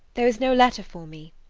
there was no letter for me.